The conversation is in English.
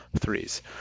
threes